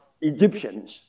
Egyptians